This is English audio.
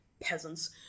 Peasants